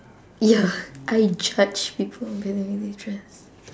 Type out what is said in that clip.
ya I judge people by the way they dress